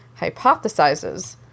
hypothesizes